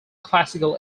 classical